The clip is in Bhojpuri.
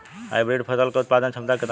हाइब्रिड फसल क उत्पादन क्षमता केतना होला?